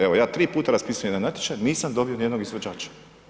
Evo ja tri puta raspisujem jedan natječaj nisam dobio niti jednog izvođača.